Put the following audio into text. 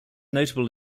notable